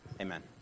Amen